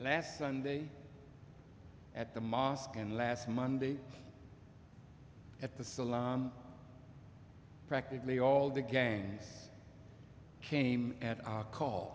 last sunday at the mosque and last monday at the salon practically all the games came at a call